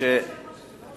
תגיד את זה ליושב-ראש שלך,